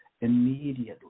immediately